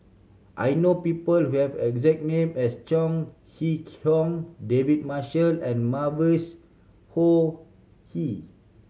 I know people who have a exact name as Chong Kee Hiong David Marshall and Mavis Khoo